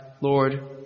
Lord